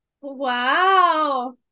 Wow